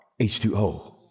h2o